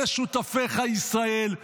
אלה שותפיך ישראל,